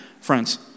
Friends